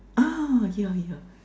ah yeah yeah